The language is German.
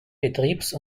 betriebs